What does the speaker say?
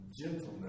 gentleness